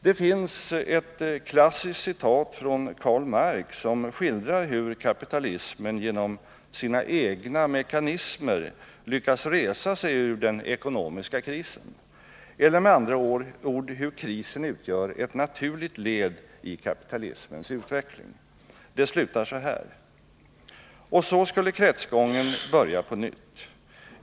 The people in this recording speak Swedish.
Det finns ett klassiskt citat från Karl Marx, där han skildrar hur kapitalismen genom sina egna mekanismer lyckas resa sig ur den ekonomiska krisen eller med andra ord hur krisen utgör ett naturligt led i kapitalismens utveckling. Citatet slutar så här: ”Och så skulle kretsgången börja på nytt.